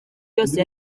yose